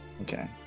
Okay